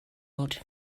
oed